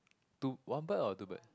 two one bird or two bird